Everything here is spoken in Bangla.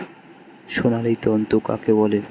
সোনালী তন্তু কাকে বলে?